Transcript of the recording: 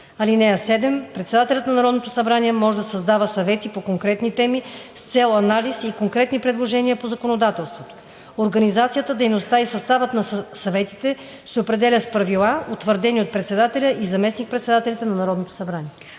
(7) Председателят на Народното събрание може да създава съвети по конкретни теми с цел анализ и конкретни предложения по законодателството. Организацията, дейността и съставът на съветите се определят с правила, утвърдени от председателя и заместник-председателите на Народното събрание.“